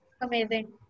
Amazing